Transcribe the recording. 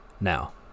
Now